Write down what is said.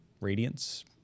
Radiance